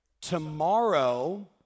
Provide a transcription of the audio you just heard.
Tomorrow